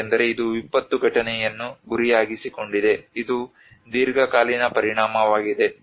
ಏಕೆಂದರೆ ಇದು ವಿಪತ್ತು ಘಟನೆಯನ್ನು ಗುರಿಯಾಗಿರಿಸಿಕೊಂಡಿದೆ ಇದು ದೀರ್ಘಕಾಲೀನ ಪರಿಣಾಮವಾಗಿದೆ